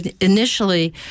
initially